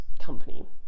company